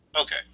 Okay